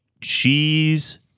cheese